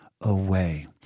away